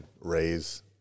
raise